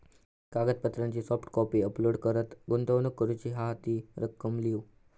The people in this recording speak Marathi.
कागदपत्रांची सॉफ्ट कॉपी अपलोड कर, गुंतवणूक करूची हा ती रक्कम लिव्ह